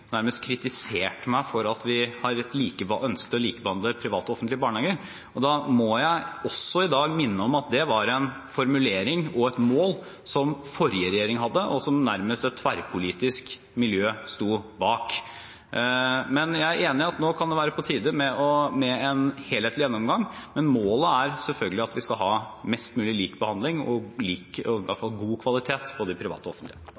private og offentlige barnehager. Da må jeg også i dag minne om at det var en formulering og et mål som den forrige regjeringen hadde, og som nærmest et tverrpolitisk miljø sto bak. Jeg er enig i at det nå kan være på tide med en helhetlig gjennomgang, men målet er selvfølgelig at vi skal ha mest mulig lik behandling og god kvalitet på de private